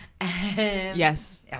Yes